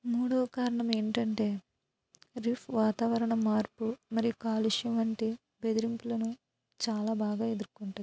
మూడో కారణం ఏమిటంటే రీఫ్ వాతావరణ మార్పు మరియు కాలుష్యం వంటి బెదిరింపులను చాలా బాగా ఎదుర్కుంటుంది